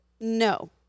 no